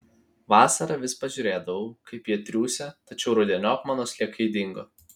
vasarą vis pažiūrėdavau kaip jie triūsia tačiau rudeniop mano sliekai dingo